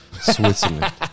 Switzerland